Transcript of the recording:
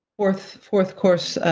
fourth fourth course,